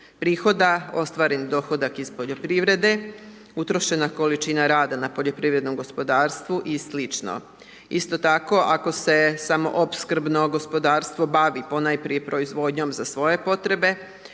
prihoda, ostvaren dohodak iz poljoprivrede, utrošena količina rada na poljoprivrednom gospodarstvu i sl. Isto tako ako se samo opskrbno gospodarstvo bavi ponajprije proizvodnjom za svoje potrebe,